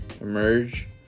emerge